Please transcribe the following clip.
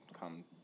come